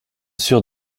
sûr